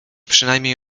przynajmniej